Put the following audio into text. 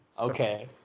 Okay